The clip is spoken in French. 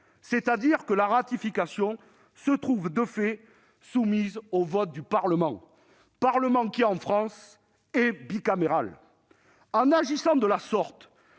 d'une loi ». La ratification est de fait soumise au vote du Parlement ; un Parlement qui, en France, est bicaméral. En agissant de la sorte,